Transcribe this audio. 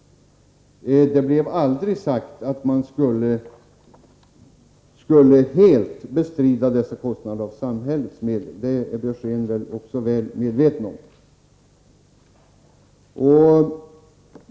Det blev aldrig sagt att man helt skulle bestrida dessa kostnader av samhällets medel — det är väl även Björzén väl medveten om?